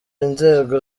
inzego